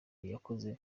yakoze